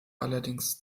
allerdings